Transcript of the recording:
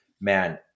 man